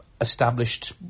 established